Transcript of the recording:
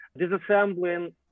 disassembling